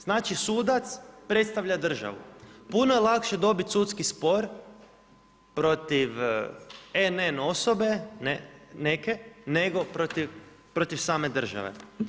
Znači sudac predstavlja državu, puno je lakše dobiti sudski spor protiv NN osobe neke, nego protiv same države.